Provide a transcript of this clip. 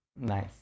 Nice